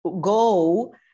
go